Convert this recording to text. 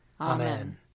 Amen